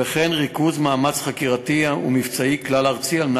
וכן ריכוז מאמץ חקירתי ומבצעי כלל-ארצי כדי